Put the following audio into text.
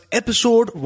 episode